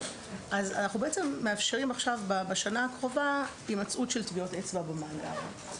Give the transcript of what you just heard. אנחנו מאפשרים בשנה הקרובה הימצאות של טביעות אצבע במאגר.